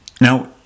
now